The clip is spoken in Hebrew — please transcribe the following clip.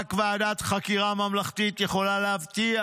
ורק ועדת חקירה ממלכתית יכולה להבטיח